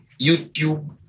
YouTube